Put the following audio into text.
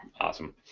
Awesome